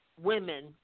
women